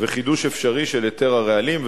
וחידוש אפשרי של היתר הרעלים.